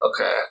Okay